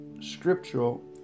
scriptural